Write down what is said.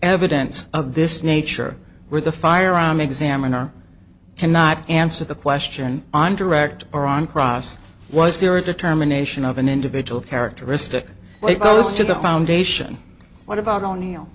evidence of this nature where the firearm examiner cannot answer the question on direct or on cross was there a determination of an individual characteristic it goes to the foundation what about o'neil